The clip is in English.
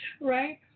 Right